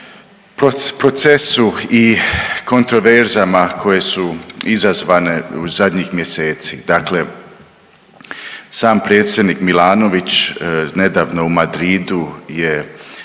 procesu i kontraverzama koje su izazvane u zadnjih mjeseci. Dakle, sam predsjednik Milanović nedavno u Madridu je